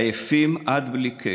// עייפים עד בלי קץ,